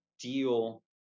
deal